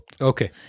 Okay